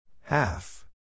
Half